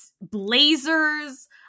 blazers